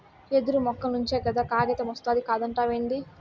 యెదురు మొక్క నుంచే కదా కాగితమొస్తాది కాదంటావేంది